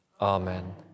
Amen